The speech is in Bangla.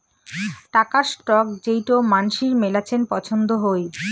টাকার স্টক যেইটো মানসির মেলাছেন পছন্দ হই